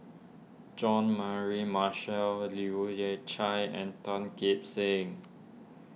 John Mary Marshall Leu Yew Chye and Tan Kim Seng